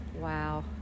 wow